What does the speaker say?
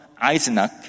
Eisenach